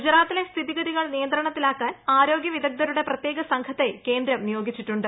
ഗുജറാത്തിലെ സ്ഥിതിഗതികൾ നിയന്ത്രണത്തിലാ ക്കാൻ ആരോഗ്യ വിദഗ്ദ്ധരുടെ പ്രത്യേക സംഘത്തെ കേന്ദ്രം നിയോഗിച്ചിട്ടുണ്ട്